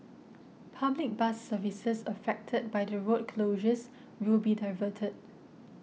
public bus services affected by the road closures will be diverted